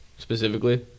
Specifically